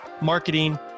marketing